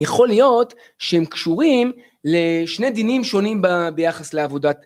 יכול להיות שהם קשורים לשני דינים שונים ביחס לעבודת